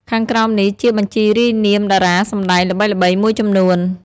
ខាងក្រោមនេះជាបញ្ជីរាយនាមតារាសម្ដែងល្បីៗមួយចំនួន។